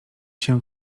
się